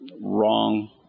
wrong